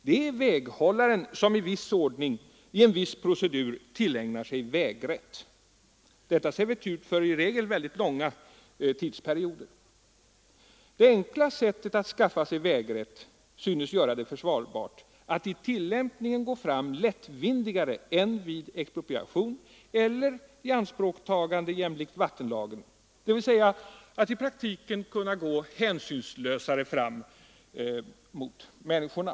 Det är väghållaren som i viss ordning, i en viss procedur, tillägnar sig vägrätt, detta servitut för i regel långa tidsperioder. Det enkla sättet att skaffa sig vägrätt synes göra det försvarbart att i tillämpningen gå fram lättvindigare än vid expropriation eller ianspråktagande jämlikt vattenlagen, dvs. att i praktiken gå hänsynslösare fram mot människorna.